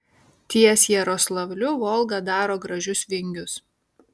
ties jaroslavliu volga daro gražius vingius